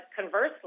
conversely